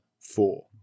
four